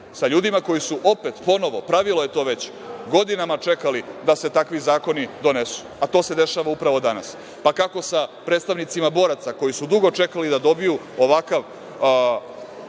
sa ljudima koji su opet, ponovo, pravilo je to već, godinama čekali da se takvi zakoni donesu, a to se dešava upravo danas, pa kako sa predstavnicima boraca koji su dugo čekali da dobiju ovakav